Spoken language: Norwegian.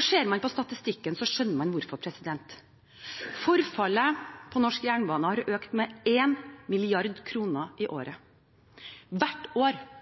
Ser man på statistikken, skjønner man hvorfor. Forfallet på norsk jernbane har økt med 1 mrd. kr i året hvert år